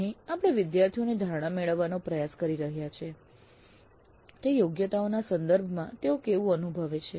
અહીં આપણે વિદ્યાર્થીઓની ધારણા મેળવવાનો પ્રયાસ કરી રહ્યા છીએ તે યોગ્યતાઓના સંદર્ભમાં તેઓ કેવું અનુભવે છે